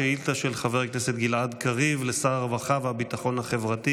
שאילתה של חבר הכנסת גלעד קריב לשר הרווחה והביטחון החברתי